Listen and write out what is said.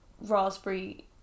raspberry